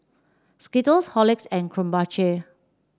Skittles Horlicks and Krombacher